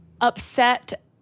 upset